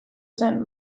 zen